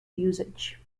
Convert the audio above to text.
usage